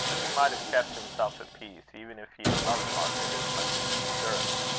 hugh might have kept himself at peace, even if he had loved margaret as much as she deserved,